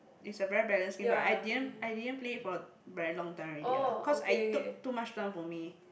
is a very balancing but I didn't I didn't play for very long time already lah cause I took too much down for me